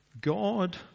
God